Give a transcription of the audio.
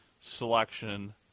selection